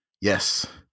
Yes